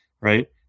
Right